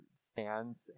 stands